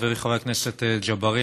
חברי חבר הכנסת ג'בארין,